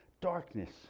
darkness